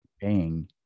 paying